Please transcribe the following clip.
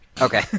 Okay